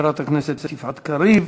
חברת הכנסת יפעת קריב,